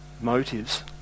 motives